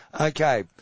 Okay